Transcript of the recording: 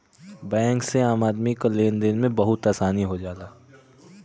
bank से आम आदमी क लेन देन में बहुत आसानी हो जाला